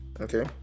Okay